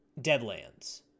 Deadlands